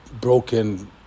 broken